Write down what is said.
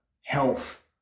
health